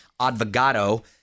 Advogado